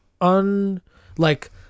un-like-